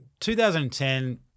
2010 –